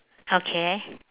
okay